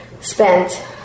spent